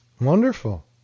wonderful